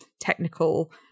technical